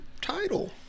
title